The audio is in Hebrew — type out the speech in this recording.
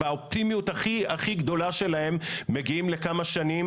באופטימיות הכי גדולה שלהם מגיעים לכמה שנים.